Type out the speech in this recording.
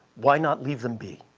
why not leave them be?